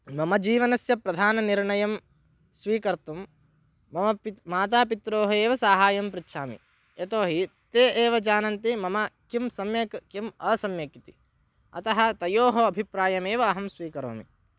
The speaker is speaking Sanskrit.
मम जीवनस्य प्रधाननिर्णयं स्वीकर्तुं मम पित् मातापित्रोः एव सहायं पृच्छामि यतोहि ते एव जानन्ति मम किं सम्यक् किम् असम्यक् इति अतः तयोः अभिप्रायमेव अहं स्वीकरोमि